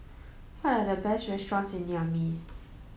what are the best restaurants in Niamey